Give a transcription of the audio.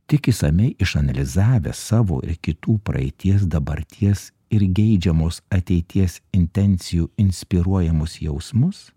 tik išsamiai išanalizavęs savo ir kitų praeities dabarties ir geidžiamos ateities intencijų inspiruojamus jausmus